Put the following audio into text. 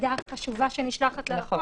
היחידה החשובה שנשלחת ללקוח.